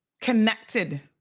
connected